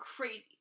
crazy